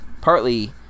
Partly